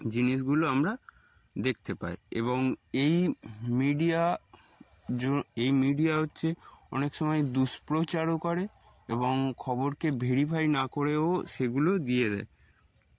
জিনিসগুলো আমরা দেখতে পাই এবং এই মিডিয়া যে এই মিডিয়া হচ্ছে অনেক সময় দুষ্প্রচারও করে এবং খবরকে ভেরিফাই না করেও সেগুলো দিয়ে দেয়